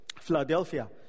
Philadelphia